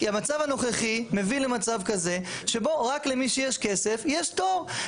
כי המצב הנוכחי מביא למצב כזה שבו רק למי שיש כסף יש תור,